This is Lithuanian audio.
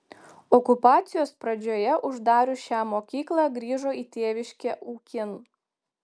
okupacijos pradžioje uždarius šią mokyklą grįžo į tėviškę ūkin